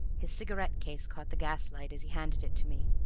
his cigarette-case caught the gas-light as he handed it to me.